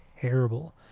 terrible